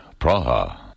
Praha